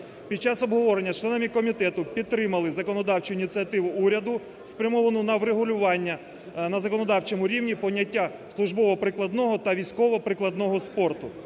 Під час обговорення із членами комітету підтримали законодавчу ініціативу уряду, спрямовану на врегулювання на законодавчому рівні поняття "службово-прикладного та військово-прикладного спорту".